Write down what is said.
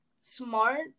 smart